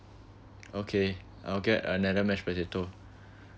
okay I'll get another mashed potato